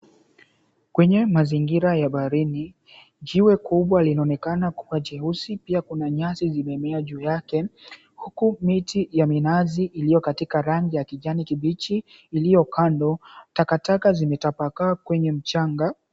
Kwenye mazingira ya baharini jiwe kubwa linaonekana kuwa jeusi lina nyasi zimemea juu yake huku miti ya minazi iliyo katika rangi ya kijani kibichi iliyo kando, taka taka zilizotapakaa kwenye mchanga.